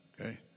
okay